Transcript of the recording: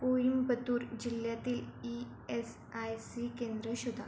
कोइंबतूर जिल्ह्यातील E S I C केंद्रे शोधा